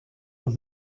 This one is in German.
und